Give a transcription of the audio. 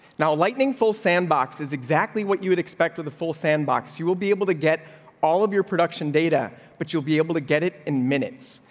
now, lightning full sandbox is exactly what you would expect with a full sandbox. you will be able to get all of your production data, but you'll be able to get it in minutes.